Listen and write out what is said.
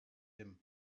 him